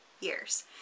years